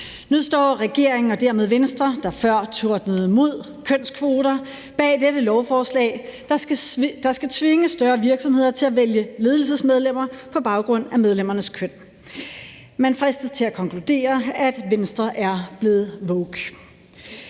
Nu står regeringen og dermed Venstre, der før tordnede mod kønskvoter, bag dette lovforslag, der skal tvinge større virksomheder til at vælge ledelsesmedlemmer på baggrund af medlemmernes køn. Man fristes til at konkludere, at Venstre er blevet woke.